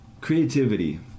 creativity